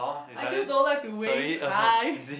I just don't like to waste time